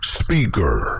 speaker